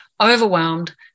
overwhelmed